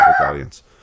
audience